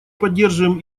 поддерживаем